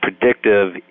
predictive